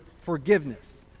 forgiveness